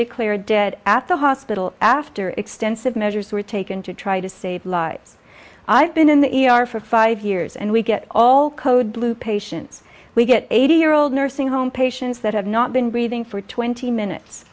declared dead at the hospital after extensive measures were taken to try to save lives i've been in the e r for five years and we get all code blue patients we get eighty year old nursing home patients that have not been breathing for twenty minutes